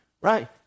right